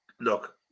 look